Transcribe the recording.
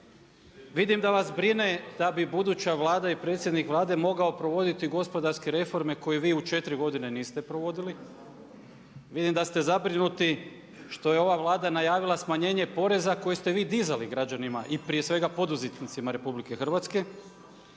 Vidim da vas brine da bi buduća Vlada i predsjednik Vlade morao provoditi gospodarske reforme koje vi u 4 godine niste provodili. Vidim da ste zabrinuti što je ova Vlada najavila smanjenje poreza koje ste vi dizali građanima i prije svega poduzetnicima RH. I vidim da ste